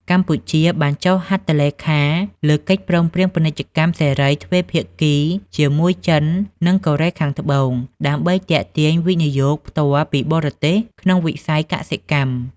កម្ពុជាបានចុះហត្ថលេខាលើកិច្ចព្រមព្រៀងពាណិជ្ជកម្មសេរីទ្វេភាគីជាមួយចិន និងកូរ៉េខាងត្បូង ដើម្បីទាក់ទាញ វិនិយោគផ្ទាល់ពីបរទេស ក្នុងវិស័យកសិកម្ម។